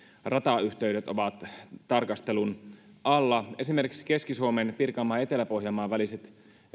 ratayhteydet ovat tarkastelun alla esimerkiksi keski suomen pirkanmaan ja etelä pohjanmaan väliset